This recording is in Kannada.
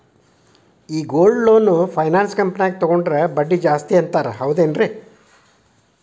ಈ ಗೋಲ್ಡ್ ಲೋನ್ ಫೈನಾನ್ಸ್ ಕಂಪನ್ಯಾಗ ತಗೊಂಡ್ರೆ ಬಡ್ಡಿ ಜಾಸ್ತಿ ಅಂತಾರ ಹೌದೇನ್ರಿ?